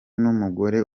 n’umugore